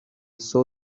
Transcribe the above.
saw